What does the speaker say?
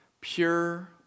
pure